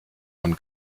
von